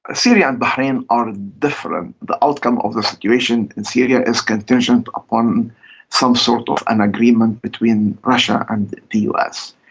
ah syria and bahrain are different. the outcome of the situation in syria is contingent upon some sort of an agreement between russia and the us.